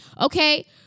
Okay